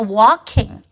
walking